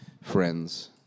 friends